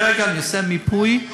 כרגע אני עושה מיפוי,